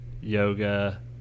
yoga